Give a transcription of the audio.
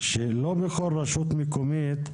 שלא בכל רשות מקומית,